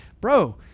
bro